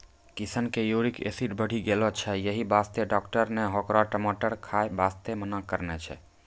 किशन के uric acid बढ़ी गेलो छै यही वास्तॅ डाक्टर नॅ होकरा टमाटर खाय वास्तॅ मना करनॅ छै